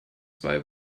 zwei